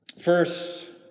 First